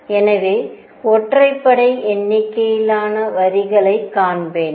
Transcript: எனவே ஒற்றைப்படை எண்ணிக்கையிலான வரிகளைக் காண்பேன்